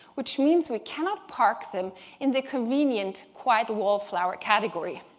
which means we cannot park them in the convenient quiet wallflower category,